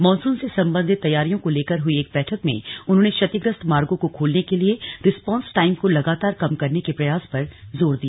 monsoon से संबंधित तैयारियों को लेकर हुई एक बैठक में उन्होंने क्षतिग्रस्त मार्गों को खोलने के लिए रिस्पॉन्स टाईम को लगातार कम करने के प्रयास पर जोर दिया